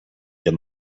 des